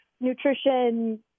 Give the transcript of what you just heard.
nutrition